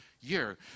year